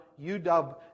UW